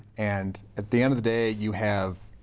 and at the end of the day, you have